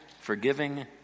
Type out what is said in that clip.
forgiving